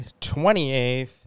28th